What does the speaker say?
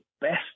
best